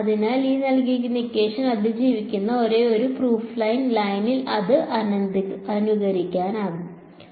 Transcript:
അതിനാൽ അതിജീവിക്കുന്ന ഒരേയൊരു പ്രൂഫ് ലൈൻ ലൈനിൽ എനിക്ക് അനുകരിക്കാനാകും